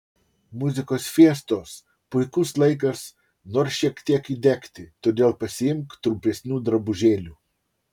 muzikos fiestos puikus laikas nors šiek tiek įdegti todėl pasiimk trumpesnių drabužėlių